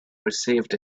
perceived